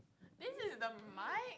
this is the mic